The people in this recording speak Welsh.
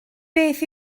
beth